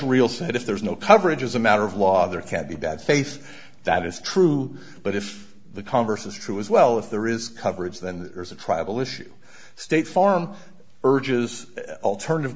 real said if there's no coverage as a matter of law there can be bad faith that is true but if the converse is true as well if there is coverage then there's a travel issue state farm urges alternative